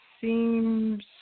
seems